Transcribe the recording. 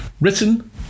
written